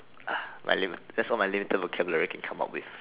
ah my lip that's all my lip little vocabulary can come with